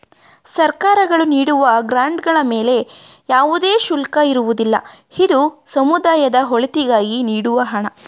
ಸರ್ಕಾರಗಳು ನೀಡುವ ಗ್ರಾಂಡ್ ಗಳ ಮೇಲೆ ಯಾವುದೇ ಶುಲ್ಕ ಇರುವುದಿಲ್ಲ, ಇದು ಸಮುದಾಯದ ಒಳಿತಿಗಾಗಿ ನೀಡುವ ಹಣ